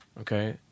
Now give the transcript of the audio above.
okay